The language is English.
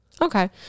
Okay